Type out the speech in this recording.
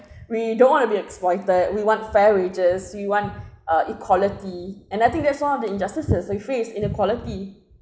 we don't want to be exploited we want fair wages we want uh equality and I think that's one of the injustices which actually is inequality